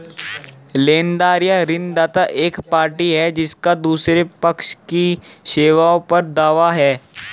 लेनदार या ऋणदाता एक पार्टी है जिसका दूसरे पक्ष की सेवाओं पर दावा है